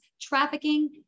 trafficking